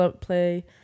play